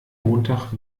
montag